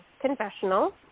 confessional